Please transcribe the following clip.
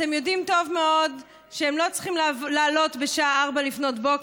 אתם יודעים טוב מאוד שהם לא צריכים לעלות בשעה 04:00,